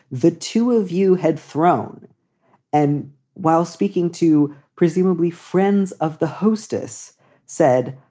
the two of you had thrown and while speaking to presumably friends of the hostess said,